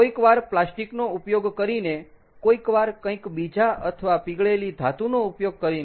કોઈકવાર પ્લાસ્ટિકનો ઉપયોગ કરીને કોઈકવાર કંઈક બીજા અથવા પીગળેલી ધાતુનો ઉપયોગ કરીને